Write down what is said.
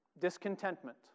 discontentment